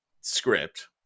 script